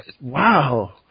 Wow